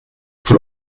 von